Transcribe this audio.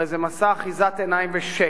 הרי זה מסע אחיזת עיניים ושקר.